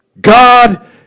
God